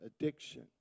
addiction